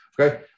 okay